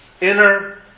inner